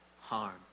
harm